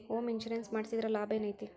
Home insurance ಮಡ್ಸಿದ್ರ ಲಾಭೆನೈತಿ?